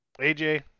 AJ